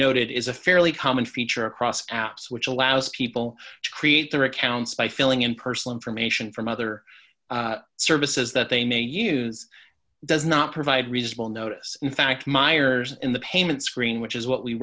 noted is a fairly common feature across apps which allows people to create their accounts by filling in personal information from other services that they may use does not provide reasonable notice in fact myers in the payment screen which is what we